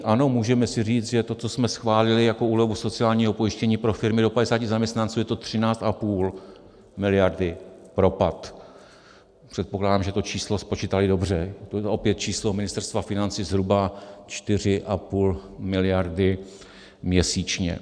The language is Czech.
Ano, můžeme si říct, že to, co jsme schválili jako úlevu sociálního pojištění pro firmy do 50 zaměstnanců, je to 13,5 mld. propad, předpokládám, že to číslo spočítali dobře, je to opět číslo Ministerstva financí, zhruba 4,5 mld. měsíčně.